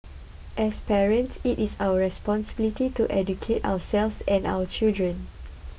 as parents it is our responsibility to educate ourselves and our children